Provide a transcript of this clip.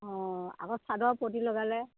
অ আকৌ চাদৰৰ পটী লগালে